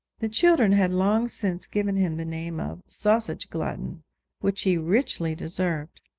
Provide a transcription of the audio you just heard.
the children had long since given him the name of sausage-glutton, which he richly deserved.